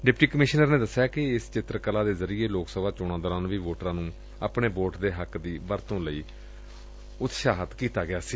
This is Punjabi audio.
ਡਿਪਟੀ ਕਮਿਸ਼ਨਰ ਨੇ ਕਿਹਾ ਕਿ ਇਸ ਚਿੱਤਰਕਲਾ ਦੇ ਜ਼ਰੀਏ ਲੋਕ ਸਭਾ ਚੋਣਾ ਦੌਰਾਨ ਵੀ ਵੋਟਰਾ ਨੂੰ ਆਪਣੇ ਵੋਟ ਦੇ ਹੱਕ ਦੀ ਵਰਤੋਂ ਲਈ ਉਤਸ਼ਾਹਿਤ ਕੀਤਾ ਗਿਆ ਸੀ